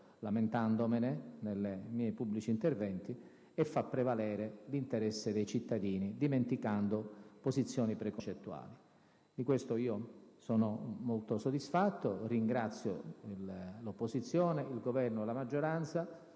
lamentandomene, nei miei pubblici interventi ed a far prevalere l'interesse dei cittadini, dimenticando opposizioni preconcette. Di questo sono molto soddisfatto. Ringrazio l'opposizione, il Governo e la maggioranza,